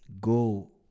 go